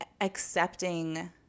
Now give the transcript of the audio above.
accepting